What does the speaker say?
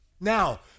Now